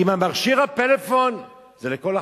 עם מכשיר הפלאפון, זה לכל החיים.